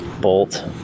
bolt